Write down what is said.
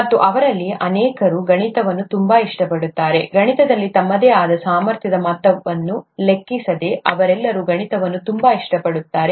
ಮತ್ತು ಅವರಲ್ಲಿ ಅನೇಕರು ಗಣಿತವನ್ನು ತುಂಬಾ ಇಷ್ಟಪಡುತ್ತಾರೆ ಗಣಿತದಲ್ಲಿ ತಮ್ಮದೇ ಆದ ಸಾಮರ್ಥ್ಯದ ಮಟ್ಟವನ್ನು ಲೆಕ್ಕಿಸದೆ ಅವರೆಲ್ಲರೂ ಗಣಿತವನ್ನು ತುಂಬಾ ಇಷ್ಟಪಡುತ್ತಾರೆ